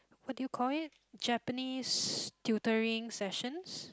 what do you call it Japanese tutoring session